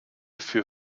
für